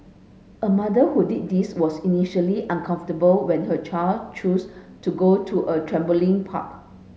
a mother who did this was initially uncomfortable when her child choose to go to a trampoline park